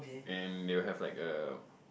and they will have like a